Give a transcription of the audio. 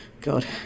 God